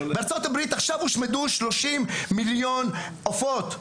בארצות הברית הושמדו 30,000,000 עופות.